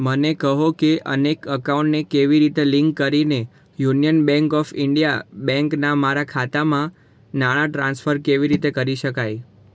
મને કહો કે અનેક અકાઉન્ટને કેવી રીતે લિંક કરીને યુનિયન બેંક ઓફ ઇન્ડિયા બેંકના મારા ખાતામાં નાણાં ટ્રાન્સફર કેવી રીતે કરી શકાય